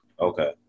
Okay